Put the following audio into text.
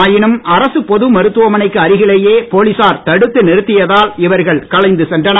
ஆயினும் அரசுப் பொது மருத்துவமனைக்கு அருகிலேயே போலீசார் தடுத்து நிறுத்தியத்தால் இவர்கள் கலைந்து சென்றனர்